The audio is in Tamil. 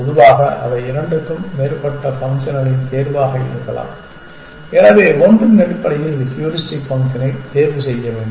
பொதுவாக அவை இரண்டுக்கும் மேற்பட்ட ஃபங்க்ஷன்களின் தேர்வாக இருக்கலாம் எனவே ஒன்றின் அடிப்படையில் ஹூரிஸ்டிக் ஃபங்க்ஷனை தேர்வு செய்ய வேண்டும்